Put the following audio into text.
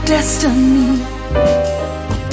Destiny